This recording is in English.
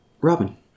Robin